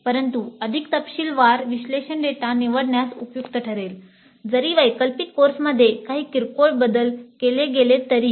परंतु अधिक तपशीलवार विश्लेषण डेटा निवडण्यास उपयुक्त ठरेल जरी वैकल्पिक कोर्समध्ये काही किरकोळ बदल केले गेले तरीही